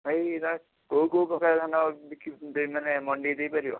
ଭାଇ ଏଗୁଡ଼ା କେଉଁ କେଉଁ ପ୍ରକାର ଧାନ ବିକି ଦେ ମାନେ ମଣ୍ଡିକି ଦେଇପାରିବ